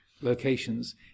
locations